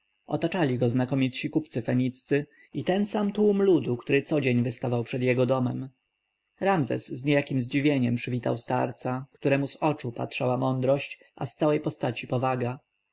otaczali go znakomitsi kupcy feniccy i ten sam tłum ludu który codzień wystawał przed jego domem ramzes z niejakiem zdziwieniem przywitał starca któremu z oczu patrzyła mądrość a z całej postaci powaga